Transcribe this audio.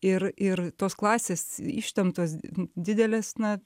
ir ir tos klasės ištemptos didelės na